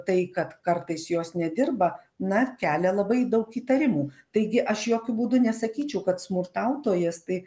tai kad kartais jos nedirba na kelia labai daug įtarimų taigi aš jokiu būdu nesakyčiau kad smurtautojas tai